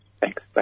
Thanks